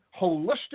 holistic